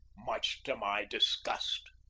much to my disgust.